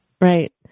Right